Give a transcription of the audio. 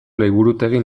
liburutegi